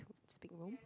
speak Rome